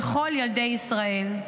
ככל ילדי ישראל.